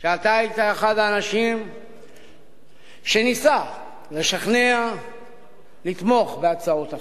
שאתה היית אחד האנשים שניסה לשכנע לתמוך בהצעות החוק.